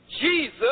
Jesus